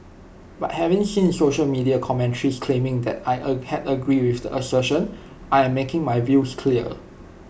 but having seen social media commentaries claiming that I A had agree with the assertion I am making my views clear